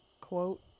quote